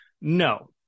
No